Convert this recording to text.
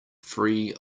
free